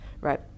right